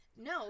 No